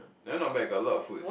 that one not bad got a lot of food